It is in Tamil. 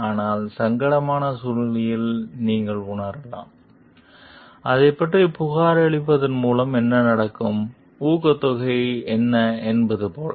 ஆனால் சங்கடத்தின் சூழ்நிலையில் நீங்கள் உணரலாம் அதைப் பற்றி புகாரளிப்பதன் மூலம் எனக்கு கிடைக்கும் ஊக்கத்தொகை என்ன என்பது போல